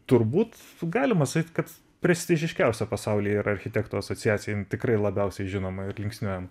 turbūt galima sakyt kad prestižiškiausia pasauly yra architektų asociacija tikrai labiausiai žinoma ir linksniuojama